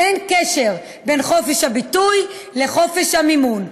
אין קשר בין חופש הביטוי לחופש המימון.